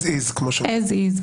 כמו שאומרים, As is.